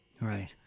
Right